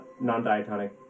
non-diatonic